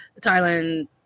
Thailand